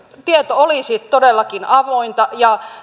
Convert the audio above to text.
tieto olisi todellakin avointa ja